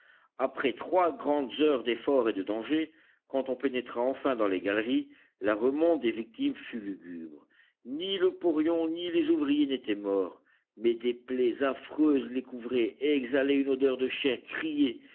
après trois grandes heures d'efforts et de dangers quand on pénétra enfin dans les galeries la remonte des victimes fut lugubre ni le porion ni les ouvriers n'étaient morts mais des plaies affreuses les couvraient exhalaient une odeur de chair